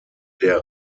der